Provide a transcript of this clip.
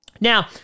Now